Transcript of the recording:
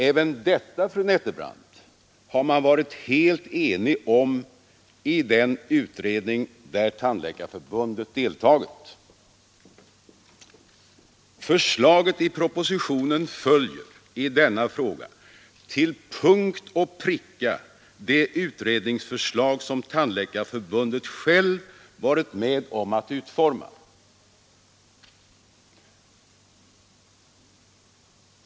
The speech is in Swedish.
Även detta, fru Nettelbrandt, har man varit helt enig om i den utredning där Tandläkarförbundet deltagit. Förslaget i propositionen följer i denna fråga till punkt och pricka det utredningsförslag som Tandläkarförbundet självt varit med om att utforma.